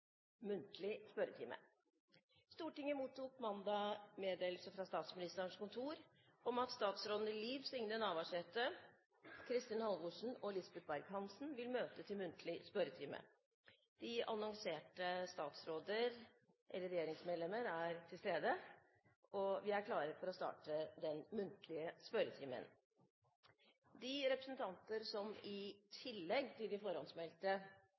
sete. Stortinget mottok mandag meddelelse fra Statsministerens kontor om at statsrådene Liv Signe Navarsete, Kristin Halvorsen og Lisbeth Berg-Hansen vil møte til muntlig spørretime. De annonserte regjeringsmedlemmene er til stede, og vi er klare til å starte den muntlige spørretimen. Vi starter med første hovedspørsmål, fra representanten Torgeir Trældal. Jeg ønsker å stille spørsmål til fiskeriministeren. Regjeringen har i